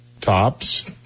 tops